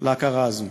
להכרה הזאת.